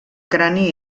crani